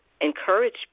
encourage